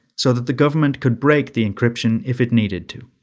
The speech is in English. so that the government could break the encryption if it needed to.